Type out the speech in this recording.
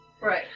Right